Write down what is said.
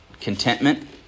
Contentment